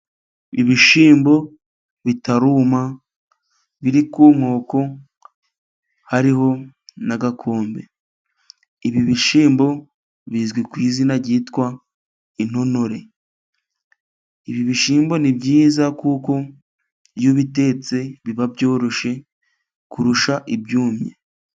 Ibishyimbo bitaruma biri ku nkoko ,hariho n'agakombe ibi bishyimbo bizwi ku izina ryitwa intonore. Ibi bishyimbo ni byiza, kuko iyo bitetse biba byoroshye kurusha ibyumye.